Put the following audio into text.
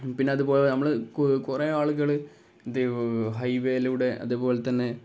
പിന്നെ അതുപോലെ നമ്മള് കുറേ ആളുകള് ഹൈവേയിലൂടെ അതുപോലെ തന്നെ